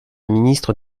ministre